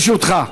לרשותך.